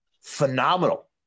phenomenal